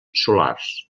solars